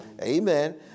Amen